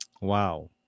Wow